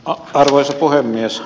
arvoisa puhemies